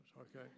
Okay